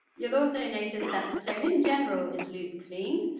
you'll notice ah and notice that the stone in general is loupe clean,